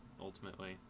ultimately